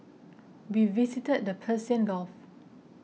we visited the Persian Gulf